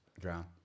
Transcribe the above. Drown